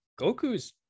Goku's